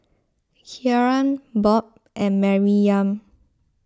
Kieran Bob and Maryam